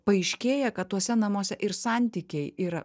paaiškėja kad tuose namuose ir santykiai yra